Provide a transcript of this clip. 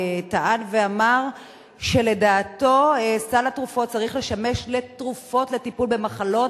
טען ואמר שלדעתו סל התרופות צריך לשמש לתרופות לטיפול במחלות,